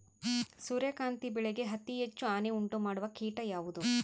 ಸೂರ್ಯಕಾಂತಿ ಬೆಳೆಗೆ ಅತೇ ಹೆಚ್ಚು ಹಾನಿ ಉಂಟು ಮಾಡುವ ಕೇಟ ಯಾವುದು?